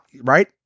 right